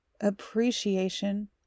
appreciation